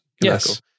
Yes